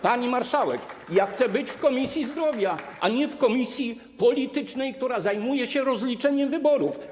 Pani marszałek, ja chcę pracować w Komisji Zdrowia, a nie w komisji politycznej, która zajmuje się rozliczeniem wyborów.